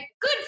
good